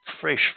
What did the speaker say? fresh